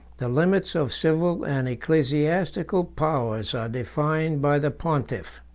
the limits of civil and ecclesiastical powers are defined by the pontiff.